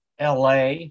LA